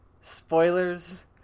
spoilers